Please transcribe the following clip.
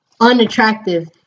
unattractive